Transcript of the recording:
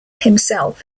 himself